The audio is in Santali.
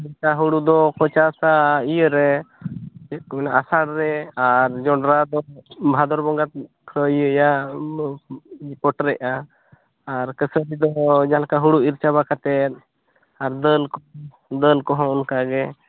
ᱦᱩᱲᱩ ᱫᱚᱠᱚ ᱪᱟᱥᱟ ᱤᱭᱟᱹ ᱨᱮ ᱪᱮᱫ ᱠᱚ ᱢᱮᱱᱟ ᱟᱥᱟᱲ ᱨᱮ ᱟᱨ ᱡᱚᱱᱰᱨᱟ ᱫᱚ ᱵᱷᱟᱫᱚᱨ ᱵᱚᱸᱜᱟ ᱠᱚ ᱤᱭᱟᱹᱭᱟ ᱯᱚᱴᱨᱮᱜᱼᱟ ᱟᱨ ᱠᱟᱹᱥᱟᱹᱨᱤ ᱫᱚ ᱡᱟᱦᱟᱸ ᱞᱟᱠᱟ ᱦᱩᱲᱩ ᱤᱨ ᱪᱟᱵᱟ ᱠᱟᱛᱮ ᱟᱨ ᱫᱟᱹᱞ ᱠᱚ ᱫᱟᱹᱞ ᱠᱚᱦᱚᱸ ᱚᱱᱠᱟᱜᱮ